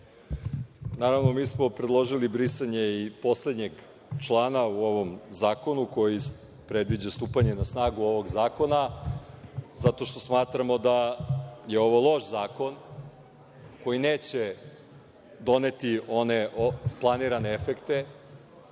Naravno, mi smo predložili brisanje i poslednjeg člana u ovom zakonu koji predviđa stupanje na snagu ovog zakona zato što smatramo da je ovo loš zakon koji neće doneti one planirane efekte.